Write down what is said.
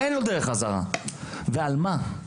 ועל מה?